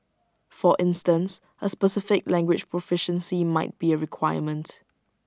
for instance A specific language proficiency might be A requirement